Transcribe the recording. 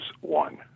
one